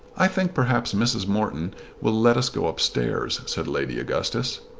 i think perhaps mrs. morton will let us go up-stairs, said lady augustus.